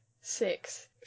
six